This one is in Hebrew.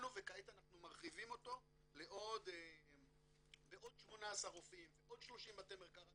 וכעת אנחנו מרחיבים אותו בעוד 18 רופאים ועוד 30 בתי מרקחת